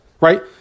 right